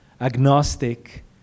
agnostic